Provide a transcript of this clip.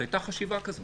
הייתה חשיבה כזאת,